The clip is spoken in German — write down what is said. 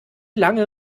lange